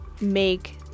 make